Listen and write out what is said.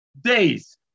Days